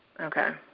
okay.